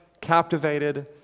captivated